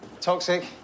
Toxic